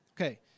Okay